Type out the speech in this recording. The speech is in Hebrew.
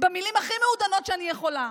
במילים הכי מעודנות שאני יכולה,